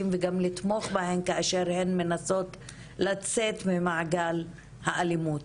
וגם לתמוך בהן כאשר הן מנסות לצאת ממעגל האלימות.